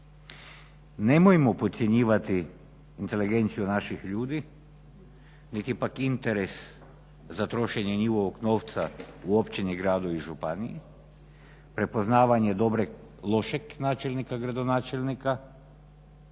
Nemojmo podcjenjivati inteligenciju naših ljudi niti pak interes za trošenje njihovog novca u općini, gradu i županiji, prepoznavanje lošeg načelnika/gradonačelnika